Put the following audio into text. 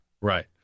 Right